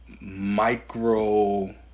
micro